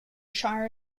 shire